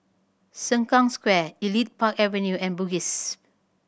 Sengkang Square Elite Park Avenue and Bugis